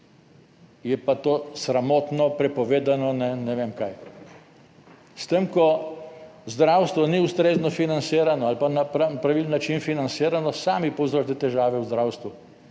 je pa to sramotno, prepovedano, ne vem kaj. S tem, ko zdravstvo ni ustrezno financirano ali pa na pravilen način financirano, sami povzročate težave v zdravstvu.